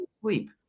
sleep